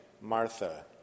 Martha